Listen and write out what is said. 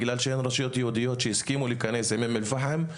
בגלל שאין רשויות יהודיות שהסכימו להיכנס עם אום אל-פאחם,